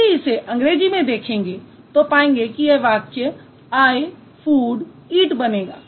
यदि इसे अंग्रेज़ी में देखें तो पाएंगे कि यह वाक्य I food eat बनेगा